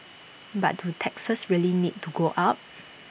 but do taxes really need to go up